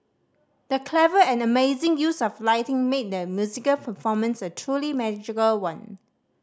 the clever and amazing use of lighting made the musical performance a truly magical one